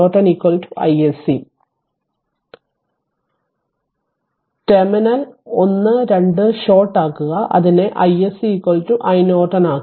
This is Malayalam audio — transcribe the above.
അതിനർത്ഥം ഞാൻ പറഞ്ഞത് ടെർമിനൽ 1 2 ഷോർട്ട് ആക്കുക അതിനെ iSC r iNorton ആക്കുക